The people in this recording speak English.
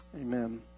Amen